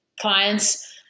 clients